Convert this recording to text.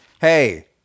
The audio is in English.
hey